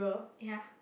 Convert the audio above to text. ya